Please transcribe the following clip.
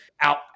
out